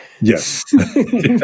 Yes